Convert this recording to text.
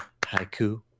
Haiku